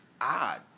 odd